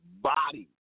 body